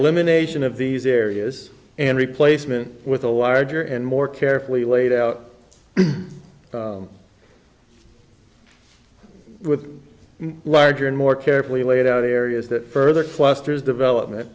limination of these areas and replacement with a larger and more carefully laid out with larger and more carefully laid out areas that further clusters development